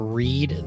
read